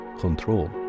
control